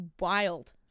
wild